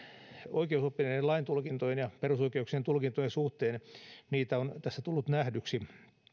oikeusoppineiden laintulkintojen ja perusoikeuksien tulkintojen suhteen niitä on tässä tullut nähdyksi